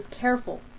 careful